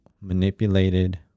manipulated